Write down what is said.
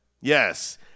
Yes